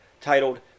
titled